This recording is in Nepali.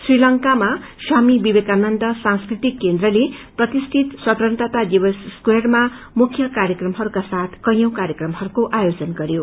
श्री लंकामा स्वामी विवेकानन्द सांस्कृतिक केन्द्रले प्रतिष्ठित स्वतन्त्रता दिवस स्क्वायर ले मुख्य कार्यक्रमका साथ कैंयी कार्यक्रमहरूको आयोजन गर्यो